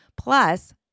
plus